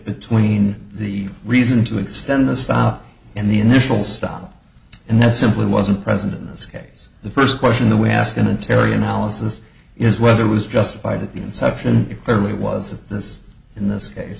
between the reason to extend the stop and the initial stop and that simply wasn't present in this case the first question the we ask in a terri analysis is whether was justified at the inception it clearly was this in this case